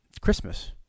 christmas